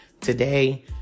Today